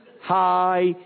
High